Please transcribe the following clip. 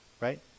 right